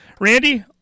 Randy